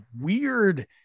weird